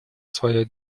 свое